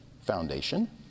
Foundation